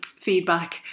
feedback